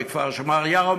מכפר-שמריהו,